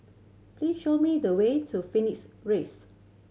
please show me the way to Phoenix raise